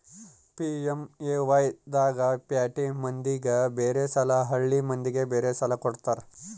PMAY ದಾಗ ಪ್ಯಾಟಿ ಮಂದಿಗ ಬೇರೆ ಸಾಲ ಹಳ್ಳಿ ಮಂದಿಗೆ ಬೇರೆ ಸಾಲ ಕೊಡ್ತಾರ